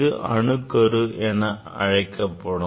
இது அணுக்கரு என அழைக்கப்படும்